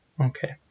okay